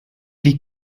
wie